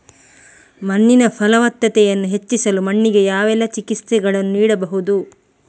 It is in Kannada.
ಮಣ್ಣಿನ ಫಲವತ್ತತೆಯನ್ನು ಹೆಚ್ಚಿಸಲು ಮಣ್ಣಿಗೆ ಯಾವೆಲ್ಲಾ ಚಿಕಿತ್ಸೆಗಳನ್ನು ನೀಡಬಹುದು?